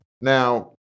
now